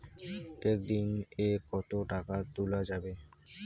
একদিন এ কতো টাকা তুলা যাবে?